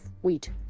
wheat